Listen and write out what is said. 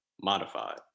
modified